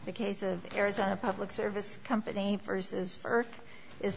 the case of arizona public service company versus firth is